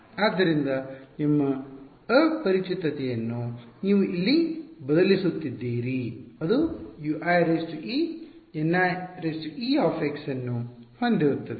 ಆದ್ದರಿಂದ ನಿಮ್ಮ ಅಪರಿಚಿತತೆಯನ್ನು ನೀವು ಇಲ್ಲಿ ಬದಲಿಸುತ್ತಿದ್ದೀರಿ ಅದು UieNie ನ್ನು ಹೊಂದಿರುತ್ತದೆ